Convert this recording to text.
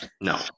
no